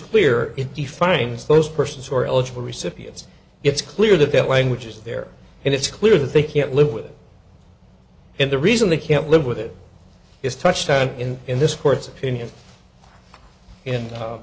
clear it defines those persons who are eligible recipients it's clear that their language is there and it's clear that they can't live with it and the reason they can't live with it is touched on in in this court's opinion